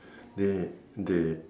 they they